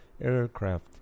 aircraft